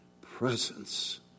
presence